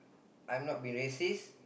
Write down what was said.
I'm not being racist